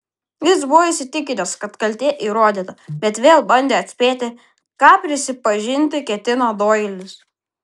jis buvo įsitikinęs kad kaltė įrodyta bet vėl bandė atspėti ką prisipažinti ketina doilis